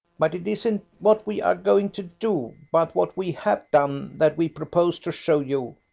but it isn't what we are going to do, but what we have done that we propose to show you,